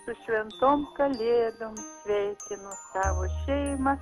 su šventom kalėdom sveikinu savo šeimą